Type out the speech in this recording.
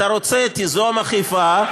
אתה רוצה, תיזום אכיפה,